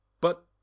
But